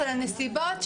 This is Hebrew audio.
של הנסיבות,